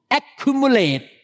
accumulate